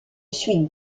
suis